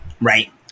Right